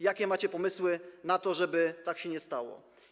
Jakie macie pomysły na to, żeby tak się nie stało?